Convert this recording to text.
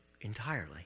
entirely